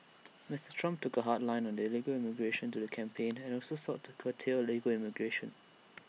Mister Trump took A hard line on illegal immigration during the campaign and also sought to curtail legal immigration